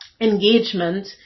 engagement